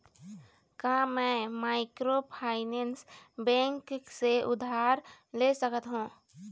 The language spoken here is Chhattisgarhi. का मैं माइक्रोफाइनेंस बैंक से उधार ले सकत हावे?